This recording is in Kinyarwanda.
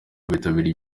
bitabiriye